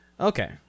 Okay